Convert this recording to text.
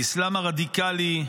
האסלאם הרדיקלי,